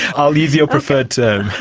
i'll use your preferred term,